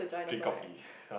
drink coffee [huh]